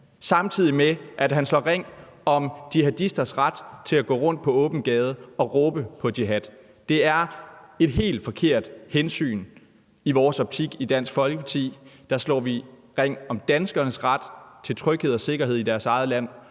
samtidig med at han slår ring om jihadisters ret til at gå rundt på åben gade og råbe på jihad. Det er et helt forkert hensyn i vores optik i Dansk Folkeparti. Der slår vi ring om danskernes ret til tryghed og sikkerhed i deres eget land